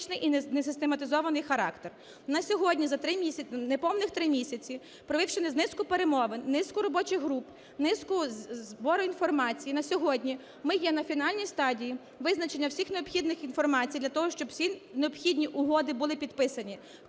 і несистематизований характер. На сьогодні за неповних 3 місяці, провівши низку перемовин, низку робочих груп, низку збору інформації, на сьогодні ми є на фінальній стадії визначення всіх необхідних інформацій для того, щоб всі необхідні угоди були підписані.